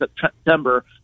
September